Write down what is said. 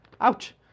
Ouch